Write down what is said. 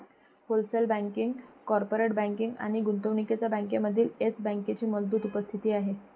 wholesale banking, corporate banking आणि गुंतवणूक बँकिंगमध्ये येस बँकेची मजबूत उपस्थिती आहे